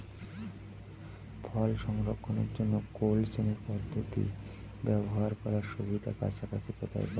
ফল সংরক্ষণের জন্য cold chain পদ্ধতি ব্যবহার করার সুবিধা কাছাকাছি কোথায় পাবো?